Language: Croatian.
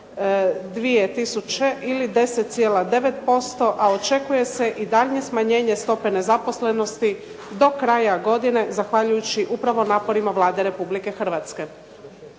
27,2000 ili 10,9%, a očekuje se i daljnje smanjenje stope nezaposlenosti do kraja godine zahvaljujući upravo naporima Vlade Republike Hrvatske.